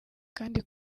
kandi